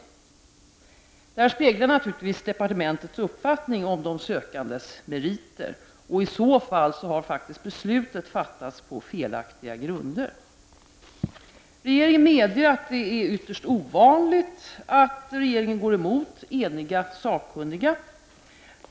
Det här speglar naturligtvis departementets uppfattning om de sökandes meriter, och i så fall har faktiskt besluten fattats på felaktiga grunder. Regeringen medger att det är ytterst ovanligt att regeringen går emot eniga sakkunniga.